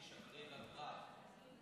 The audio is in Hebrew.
חשבתי שגריר, הגרר.